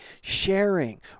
sharing